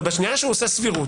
אבל בשנייה שהוא עושה סבירות,